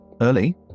early